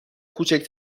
کوچک